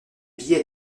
billets